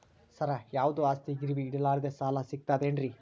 ಸರ, ಯಾವುದು ಆಸ್ತಿ ಗಿರವಿ ಇಡಲಾರದೆ ಸಾಲಾ ಸಿಗ್ತದೇನ್ರಿ?